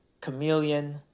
Chameleon